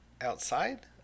outside